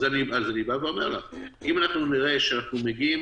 אני בא ואומר לך: אם אנחנו נראה שאנחנו מגיעים